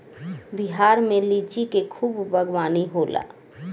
बिहार में लिची के खूब बागवानी होला